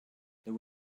there